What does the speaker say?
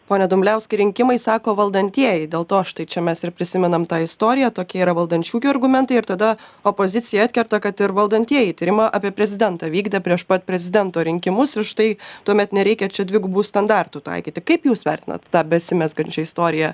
pone dumbliauskai rinkimai sako valdantieji dėl to štai čia mes ir prisimenam tą istoriją tokie yra valdančiųjų argumentai ir tada opozicija atkerta kad ir valdantieji tyrimą apie prezidentą vykdė prieš pat prezidento rinkimus ir štai tuomet nereikia čia dvigubų standartų taikyti kaip jūs vertinat tą besimezgančią istoriją